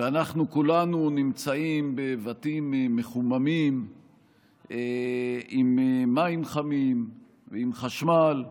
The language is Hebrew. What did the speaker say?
ואנחנו כולנו נמצאים בבתים מחוממים עם מים חמים ועם חשמל ויודעים,